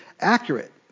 accurate